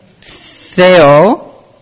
Theo